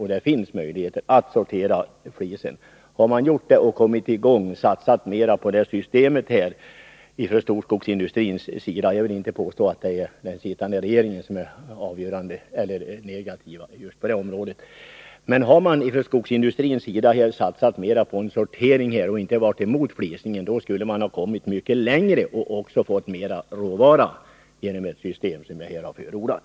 Om man från storskogsindustrins sida på ett tidigt stadium hade gått in för en sådan sortering och inte varit emot flisningen — jag vill inte påstå att det är den sittande regeringen som var negativ eller som har haft ett avgörande inflytande på just detta område — skulle man ha kommit mycket längre. Man skulle också ha fått mer råvara med det system som jag här har förordat.